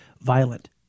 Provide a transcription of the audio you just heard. Violent